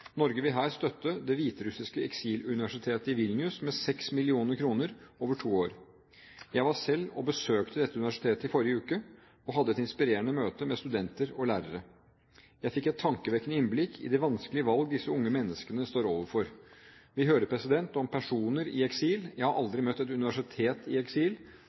Norge vil her støtte det hviterussiske eksiluniversitetet i Vilnius med 6 mill. kr over to år. Jeg var selv og besøkte dette universitetet i forrige uke og hadde et inspirerende møte med studenter og lærere. Jeg fikk et tankevekkende innblikk i de vanskelige valg disse unge menneskene står overfor. Vi hører om personer i eksil. Jeg har aldri møtt et universitet i